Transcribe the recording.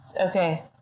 Okay